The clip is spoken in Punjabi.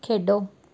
ਖੇਡੋ